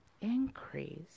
increase